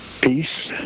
peace